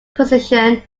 position